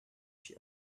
she